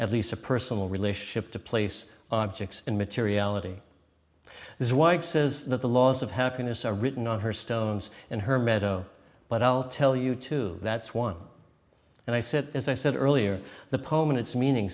at least a personal relationship to place objects in materiality his wife says that the laws of happiness are written on her stones in her meadow but i'll tell you to that's one and i said as i said earlier the poem and its meaning